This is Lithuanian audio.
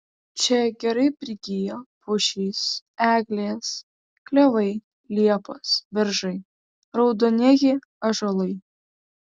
čia gerai prigijo pušys eglės klevai liepos beržai raudonieji ąžuolai